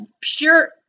pure